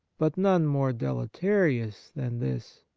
but none more deleterious than this.